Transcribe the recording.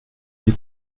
die